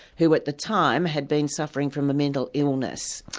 who at the time had been suffering from a mental illness.